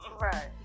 Right